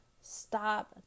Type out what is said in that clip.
stop